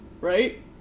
right